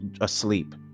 asleep